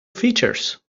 features